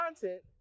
content